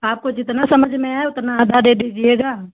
आपको जितना समझ में आए उतना आधा दे दीजिएगा